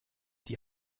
die